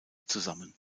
zusammen